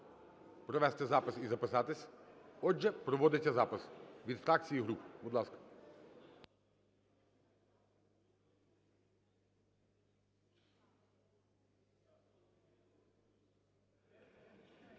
провести запис і записатись. Отже, проводиться запис від фракцій і груп. Будь ласка.